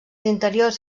interiors